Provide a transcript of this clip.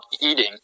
eating